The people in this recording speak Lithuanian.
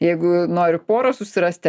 jeigu nori porą susirasti